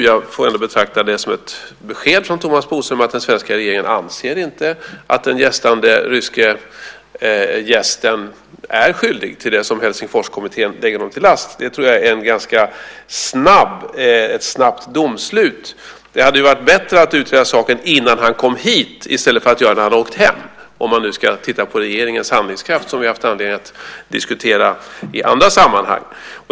Jag får ändå betrakta det som ett besked från Thomas Bodström att den svenska regeringen inte anser att den ryske gästen är skyldig till det som Helsingforskommittén lägger honom till last. Det tror jag är ett ganska snabbt domslut. Det hade varit bättre att utreda saken innan han kom hit i stället för att göra det när han har åkt hem, om man nu ska titta på regeringens handlingskraft som vi har haft anledning att diskutera i andra sammanhang.